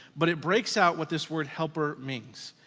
but it breaks out what this word helper means.